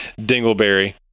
Dingleberry